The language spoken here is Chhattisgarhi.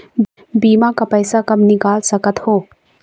बीमा का पैसा कब निकाल सकत हो?